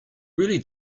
really